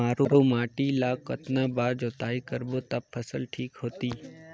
मारू माटी ला कतना बार जुताई करबो ता फसल ठीक होती?